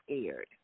scared